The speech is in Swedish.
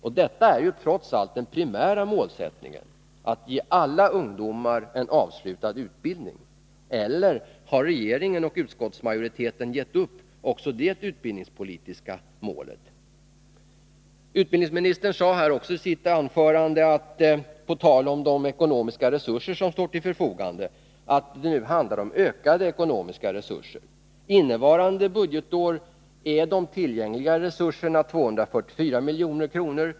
Och detta är ju trots allt den primära målsättningen — att ge alla ungdomar en avslutad utbildning — eller har regeringen och utskottsmajoriteten gett upp också det utbildningspolitiska målet? Utbildningsministern sade i sitt anförande på tal om de ekonomiska resurser som står till förfogande att det handlar om ökade ekonomiska resurser. Innevarande år är de tillgängliga resurserna 244 miljoner.